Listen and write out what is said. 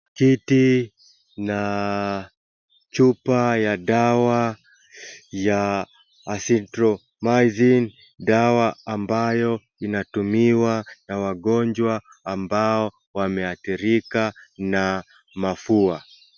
Kit na chupa ya dawa ya Azthromycin , dawa ambayo inatumiwa na wagonjwa ambao wameadhirika na mafua.